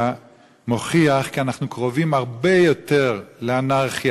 מוכיח כי אנחנו קרובים הרבה יותר לאנרכיה,